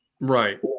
Right